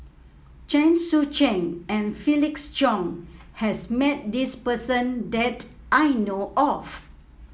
Chen Sucheng and Felix Cheong has met this person that I know of